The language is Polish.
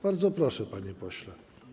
Bardzo proszę, panie pośle.